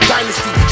Dynasty